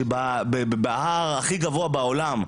שבהר הכי גבוה בעולם,